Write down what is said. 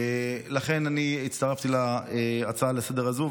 לכן אני הצטרפתי להצעה הזאת לסדר-היום,